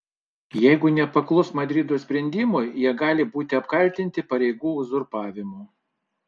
jeigu nepaklus madrido sprendimui jie gali būti apkaltinti pareigų uzurpavimu